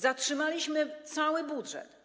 Zatrzymaliśmy cały budżet.